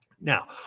Now